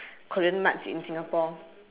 korean marts in singapore